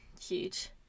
huge